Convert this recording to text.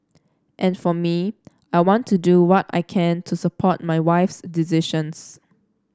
and for me I want to do what I can to support my wife's decisions